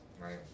right